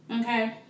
Okay